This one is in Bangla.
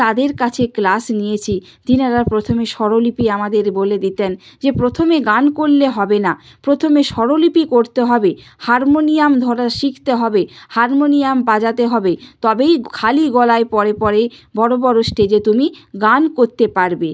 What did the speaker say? তাদের কাছে ক্লাস নিয়েছি তেনারা প্রথমে স্বরলিপি আমাদের বলে দিতেন যে প্রথমে গান করলে হবে না প্রথমে স্বরলিপি করতে হবে হারমোনিয়াম ধরা শিখতে হবে হারমোনিয়াম বাজাতে হবে তবেই খালি গলায় পরে পরেই বড়ো বড়ো স্টেজে তুমি গান করতে পারবে